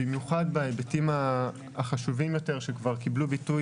במיוחד בהיבטים החשובים יותר שכבר קיבלו ביטוי